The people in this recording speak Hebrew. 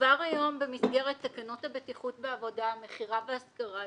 כבר היום במסגרת תקנות הבטיחות בעבודה (מכירה והשכרה),